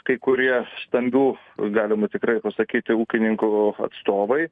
kai kurie stambių galima tikrai pasakyti ūkininkų atstovai